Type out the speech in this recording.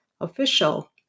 official